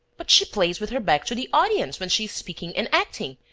but she plays with her back to the audience when she is speaking and acting,